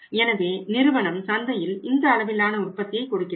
எனவே நிறுவனம் சந்தையில் இந்த அளவிலான உற்பத்தியை கொடுக்கிறது